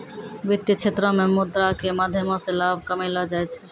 वित्तीय क्षेत्रो मे मुद्रा के माध्यमो से लाभ कमैलो जाय छै